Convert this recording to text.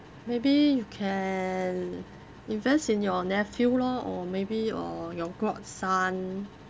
maybe you can invest in your nephew lor or maybe your your godson